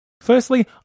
Firstly